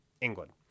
England